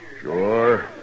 Sure